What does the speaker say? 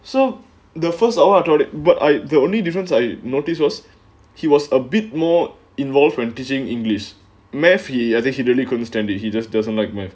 so the first of all what I the only difference I notice was he was a bit more involved when teaching english math he I think he really couldn't stand it he just doesn't like me